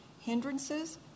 hindrances